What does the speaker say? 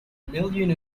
million